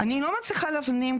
המשרד להגנת הסביבה,